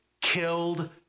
killed